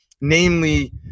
Namely